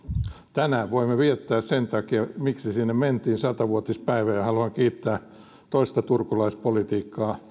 tänään voimme viettää sen takia miksi sinne mentiin sata vuotispäivää haluan kiittää toista turkulaispoliitikkoa